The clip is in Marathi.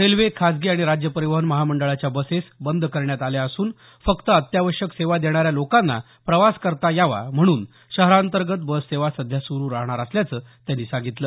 रेल्वे खाजगी आणि राज्य परीवहन महामंडळाच्या बसेस बंद करण्यात आल्या असून फक्त अत्यावश्यक सेवा देणाऱ्या लोकांना प्रवास करता यावा म्हणून शहरांतर्गत बस सेवा सध्या सुरु राहणार असल्याचं त्यांनी सांगितलं